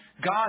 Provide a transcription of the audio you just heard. God